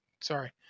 sorry